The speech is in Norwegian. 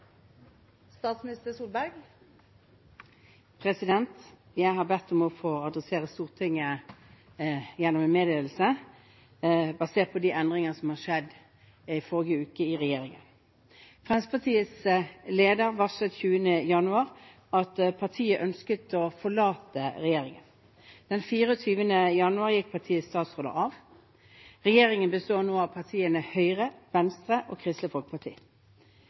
forrige uke i regjeringen. Fremskrittspartiets leder varslet 20. januar at partiet ønsket å forlate regjeringen. Den 24. januar gikk partiets statsråder av. Regjeringen består nå av partiene Høyre, Venstre og Kristelig Folkeparti.